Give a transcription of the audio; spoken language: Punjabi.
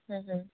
ਹੁੰ ਹੁੰ